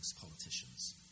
politicians